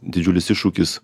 didžiulis iššūkis